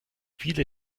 viele